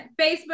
Facebook